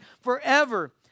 forever